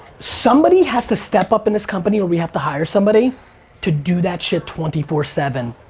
somebody has to step up in this company or we have to hire somebody to do that shit twenty four seven.